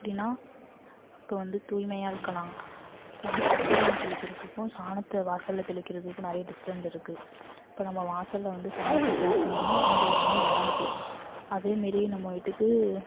எப்படின்னா இப்போ வந்து தூய்மையாக இருக்கலாம் இப்போ வந்து பச்ச தண்ணி தெளிக்கிறதுக்கும் சாணத்தை வாசலில் தெளிக்கிறதுக்கும் நிறைய டிஃப்ரெண்ட் இருக்கு இப்போ நம்ம வாசலில் வந்து சாணத்தை தெளிச்சோம்னா எந்த ஒரு நோயும் வராது அதேமாரியே நம்ம வீட்டுக்கு